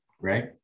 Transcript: Right